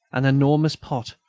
an enormous pot,